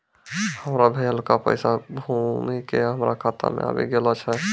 हमरो भेजलो पैसा घुमि के हमरे खाता मे आबि गेलो छै